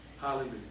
Hallelujah